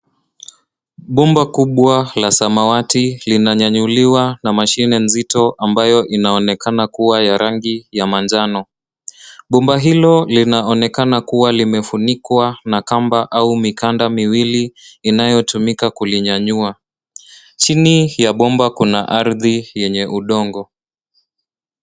Bomba kubwa la samawati linanyanyuliwa na mashine mzito ambayo inaonekana kuwa ya rangi ya manjano. Bomba hilo linaonekana kuwa limefunikwa na kamba au mikanda miwili inayotumika kulinyanyua. Chini ya bomba kuna ardhi yenye udongo.